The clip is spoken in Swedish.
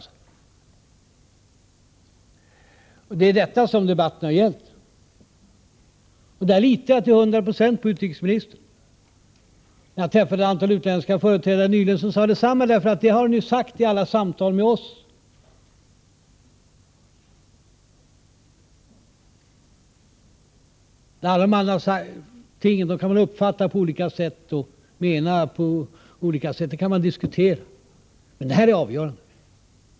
Det har han sagt. Det är detta som debatten har gällt. Jag litar till 100 76 på utrikesministern. Jag träffade ett antal utländska företrädare nyligen som sade detsamma — ”det har han ju sagt i alla samtal med oss”. Alla de andra tingen kan man uppfatta på olika sätt, dem kan man diskutera. Men detta är avgörande.